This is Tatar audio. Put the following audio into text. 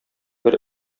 бер